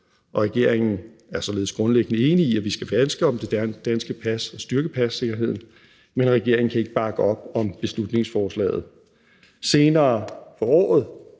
år. Regeringen er således grundlæggende enig i, at vi skal værne om det danske pas og styrke passikkerheden, men regeringen kan ikke bakke op om beslutningsforslaget. Senere på året